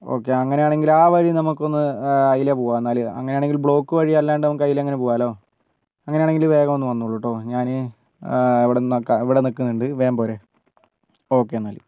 okay അങ്ങനെ ആണെങ്കിൽ ആ വഴി നമുക്കൊന്ന് അതിലെ പോകാം എന്നാൽ അങ്ങനെയാണെങ്കിൽ ബ്ലോക്ക് വഴി അല്ലാണ്ട് നമുക്ക് അതിലേ അങ്ങനെ പോകാമല്ലോ അങ്ങനെ ആണെങ്കിൽ വേഗം ഒന്ന് വന്നോളൂ കേട്ടോ ഞാൻ ഇവിടെ നിൽക്കാം ഇവിടെ നിൽക്കുന്നുണ്ട് വേഗം പോരൂ ഓക്കെ എന്നാൽ